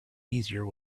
easier